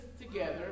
together